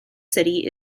city